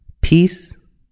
peace